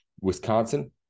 Wisconsin